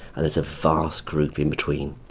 there's a vast group in between,